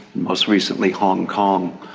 most recently hong kong.